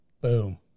Boom